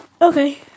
Okay